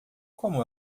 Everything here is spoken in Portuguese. como